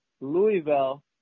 Louisville